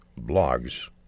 blogs